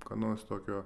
ką nors tokio